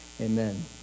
amen